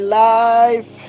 life